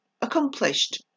accomplished